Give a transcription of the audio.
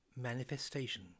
manifestation